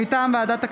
מטעם ועדת הכנסת.